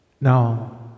Now